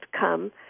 come